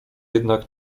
jednak